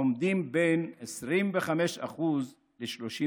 עומדים על בין 25% ל-30%.